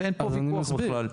זה אין ויכוח פה בכלל.